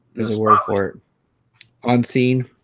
this world court on scene